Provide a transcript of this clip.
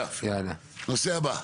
יאללה, נושא הבא.